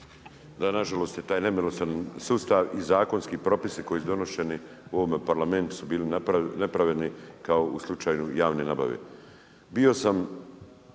Da, nažalost je taj nemilosrdni sustav i zakonski propisi koji su donošeni u ovome Parlamentu su bili nepravedni kao u slučaju javne nabave. Bio sam